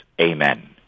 Amen